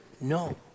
no